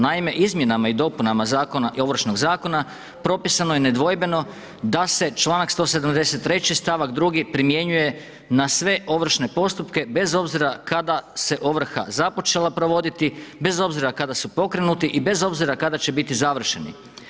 Naime, izmjenama i dopunama Ovršnog zakona, propisano je nedvojbeno da se članak 173. stavak 2. primjenjuje na sve ovršne postupke bez obzira kada se ovrha započela provoditi, bez obzira kada se pokrenuti i bez obzira kada će biti završeni.